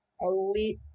Elite